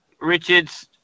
Richards